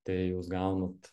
tai jūs gaunat